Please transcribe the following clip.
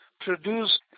produce